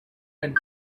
and